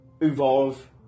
Evolve